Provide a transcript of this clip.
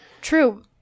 true